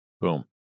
Boom